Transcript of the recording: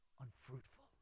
unfruitful